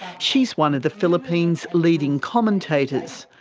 she's one of the philippines' leading commentators,